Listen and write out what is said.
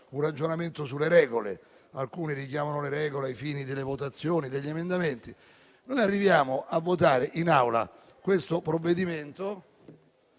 un ragionamento sulle regole, che alcuni richiamano ai fini delle votazioni degli emendamenti. Arriviamo a votare in Aula questo provvedimento